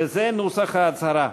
וזה נוסח ההצהרה: